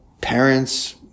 parents